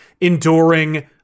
enduring